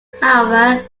however